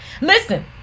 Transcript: Listen